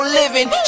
living